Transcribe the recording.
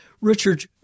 Richard